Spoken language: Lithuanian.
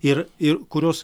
ir ir kurios